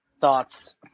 thoughts